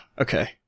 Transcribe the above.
okay